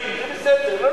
אין מספיק שרים,